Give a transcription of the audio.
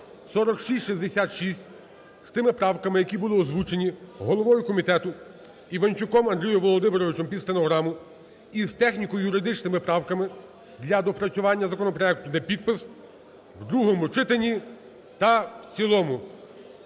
4666) з тими правками, які були озвучені головою комітету Іванчуком Андрієм Володимировичем під стенограму, і з техніко-юридичними правками для доопрацювання законопроекту на підпис у другому читанні та в цілому.